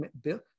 bill